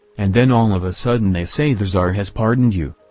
and then all of a sudden they say the tsar has pardoned you.